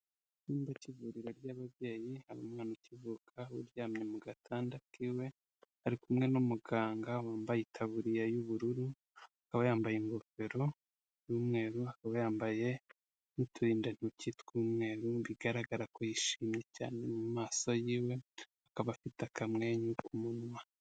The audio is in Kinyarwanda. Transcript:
Icyumba cy'ivuriro ry'ababyeyi, harimo umwana ukivuka uryamye mu gatanda kiwe, ari kumwe n'umuganga wambaye itaburiya y'ubururu, akaba yambaye ingofero y'umweru, akaba yambaye n'uturindantoki tw'umweru, bigaragara ko yishimye cyane mu maso yiwe, akaba afite akamwenyu ku munwa.